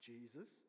Jesus